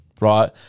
right